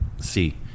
see